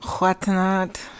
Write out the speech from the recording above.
whatnot